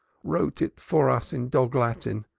wrote it for us in dog-latin.